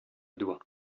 doit